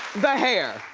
the hair.